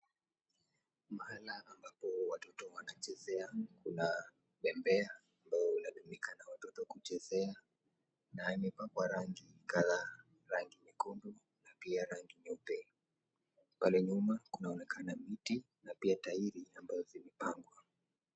Mahala ambapo watoto wanachezea kuna bembea ambayo inatumika na watoto kuchezea na imepakwa rangi kadhaa rangi nyekundu na pia rangi nyeupe , pale nyuma kunaonekana miti na pia tairi ambayo zimepangwa.